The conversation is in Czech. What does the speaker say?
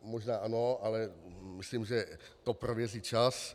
Možná ano, ale myslím, že to prověří čas.